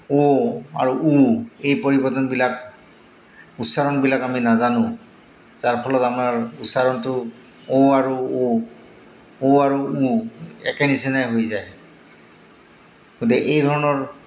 ঔ আৰু উ এই পৰিৱৰ্তনবিলাক উচ্চাৰণবিলাক আমি নাজানো যাৰ ফলত আমাৰ উচ্চাৰণটো ঔ আৰু ও ঔ আৰু উ একে নিচিনাই হৈ যায় গতিকে এই ধৰণৰ